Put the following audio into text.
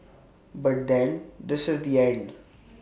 but then this is the end